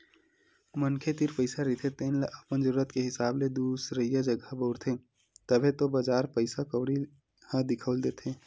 मनखे तीर पइसा रहिथे तेन ल अपन जरुरत के हिसाब ले दुसरइया जघा बउरथे, तभे तो बजार पइसा कउड़ी ह दिखउल देथे